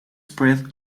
spread